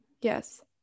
yes